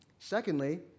Secondly